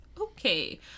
Okay